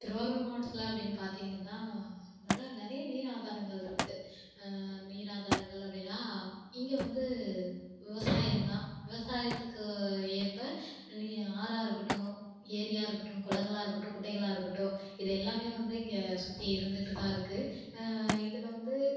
திருவாரூர் மாவட்டத்தில் அப்படின்னு பார்த்தீங்கன்னா நல்ல நிறைய நீர் ஆதாரங்கள் இருக்குது நீர் ஆதாரங்கள் அப்படின்னா இங்கே வந்து விவசாயம் தான் விவசாயத்துக்கு ஏற்ப நீர் ஆறாக இருக்கட்டும் ஏரியாக இருக்கட்டும் குளங்களாக இருக்கட்டும் குட்டைகளாக இருக்கட்டும் இது எல்லாமே வந்து இங்கே சுற்றி இருந்துகிட்டு தான் இருக்குது இதில் வந்து